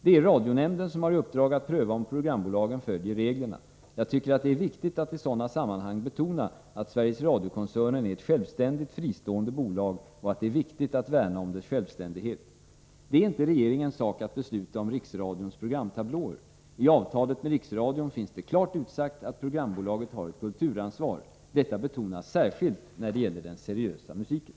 Det är radionämnden som har i uppdrag att pröva om programbolagen följer reglerna. Jag tycker att det är viktigt att i sådana sammanhang betona att Sverigs Radio-koncernen är ett självständigt, fristående bolag och att det är viktigt att värna om dess självständighet. Det är inte regeringens sak att besluta om Riksradions programtablåer. I avtalet med Riksradion finns det klart utsagt att programbolaget har ett kulturansvar. Detta betonas särskilt när det gäller den seriösa musiken.